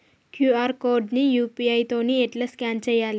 QR code ని UPI తోని ఎట్లా స్కాన్ చేయాలి?